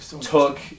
took